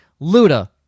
Luda